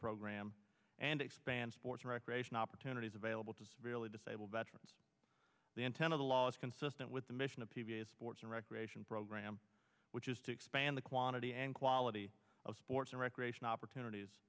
program and expand sports recreation opportunities available to severely disabled veterans the intent of the law is consistent with the mission of p v a sports and recreation program which is to expand the quantity and quality of sports and recreation opportunities